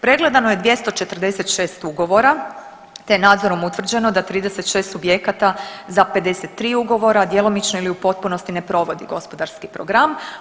Pregledano je 246 ugovora, te je nadzorom utvrđeno da 36 subjekata za 53 ugovora djelomično ili u potpunosti ne provodi gospodarski program.